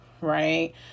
Right